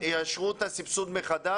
ושיאשרו את הסבסוד מחדש.